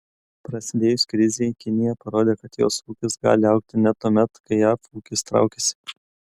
prasidėjus krizei kinija parodė kad jos ūkis gali augti net tuomet kai jav ūkis traukiasi